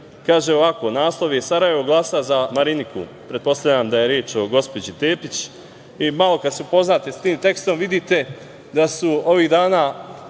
kaže ovako - Sarajevo glasa za Mariniku. Pretpostavljam da je reč o gospođi Tepić. Malo kad se upoznate sa tim tekstom, vidite da ovih dana